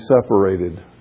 separated